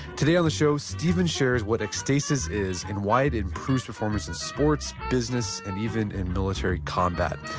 today on the show, steven shares what ecstasis is and why it improves performance in sports, business, and even in military combat.